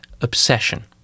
obsession